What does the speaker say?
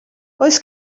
oes